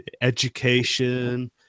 education